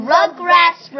Rugrats